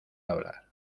hablar